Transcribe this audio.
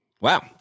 Wow